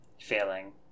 failing